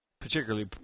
particularly